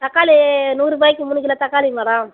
தக்காளி நூறுபாய்க்கு மூணுக்கிலோ தக்காளி மேடம்